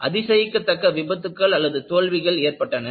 அதிசயிக்கத்தக்க விபத்துக்கள்தோல்விகள் ஏற்பட்டன